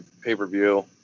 pay-per-view